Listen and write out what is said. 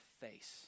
face